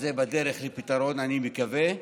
זה בדרך לפתרון, אני מקווה.